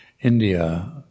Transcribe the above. India